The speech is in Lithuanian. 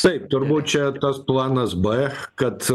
taip turbūt čia tas planas b kad